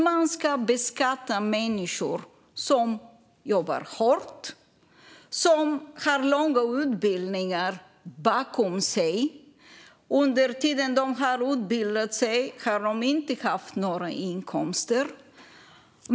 De ska beskatta människor som jobbar hårt och har långa utbildningar bakom sig då de inte har haft några inkomster.